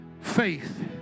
Faith